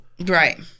Right